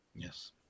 Yes